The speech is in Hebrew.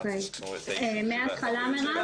אנחנו צריכים את האישור שלך,